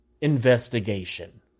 investigation